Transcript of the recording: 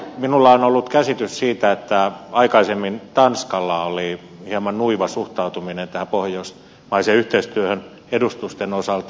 minulla on ollut käsitys siitä että aikaisemmin tanskalla oli hieman nuiva suhtautuminen tähän pohjoismaiseen yhteistyöhön edustustojen osalta